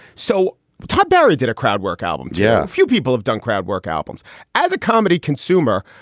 so todd barry did a crowd work album. yeah. few people have done crowd work albums as a comedy consumer.